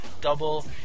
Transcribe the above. double